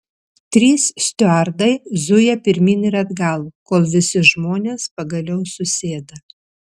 trys stiuardai zuja pirmyn ir atgal kol visi žmonės pagaliau susėda